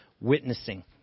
witnessing